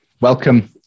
welcome